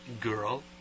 girl